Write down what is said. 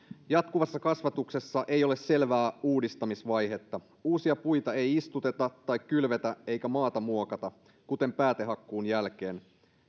jatkuvassa kasvatuksessa ei ole selvää uudistamisvaihetta uusia puita ei istuteta tai kylvetä eikä maata muokata kuten päätehakkuun jälkeen